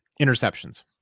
interceptions